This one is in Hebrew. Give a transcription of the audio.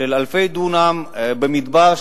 של אלפי דונם במדבר,